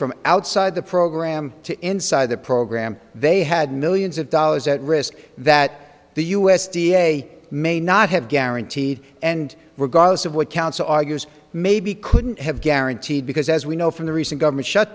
from outside the program to inside the program they had millions of dollars at risk that the u s d a may not have guaranteed and regardless of what council argues maybe couldn't have guaranteed because as we know from the recent government shut